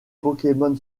pokémon